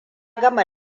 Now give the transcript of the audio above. gama